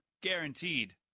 Guaranteed